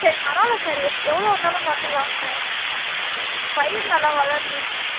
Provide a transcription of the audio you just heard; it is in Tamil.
சரி பரவாயில்ல சார் எப் எவ்வளோ வந்தாலும் பார்த்துக்கலாம் சார் பயிர் நல்லா வளரணும் சார்